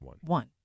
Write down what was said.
one